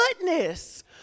goodness